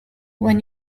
when